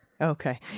Okay